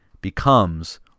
becomes